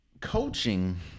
Coaching